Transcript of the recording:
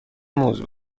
موضوع